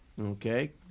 Okay